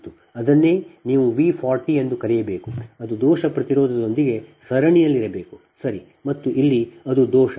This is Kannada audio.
ಅದನ್ನೇ ನೀವು V 40 ಎಂದು ಕರೆಯಬೇಕು ಅದು ದೋಷ ಪ್ರತಿರೋಧದೊಂದಿಗೆ ಸರಣಿಯಲ್ಲಿರಬೇಕು ಸರಿ ಮತ್ತು ಇಲ್ಲಿ ಅದು ದೋಷ